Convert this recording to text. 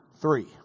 three